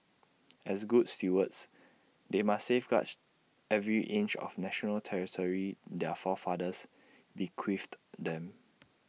as good stewards they must safeguard every inch of national territory their forefathers bequeathed them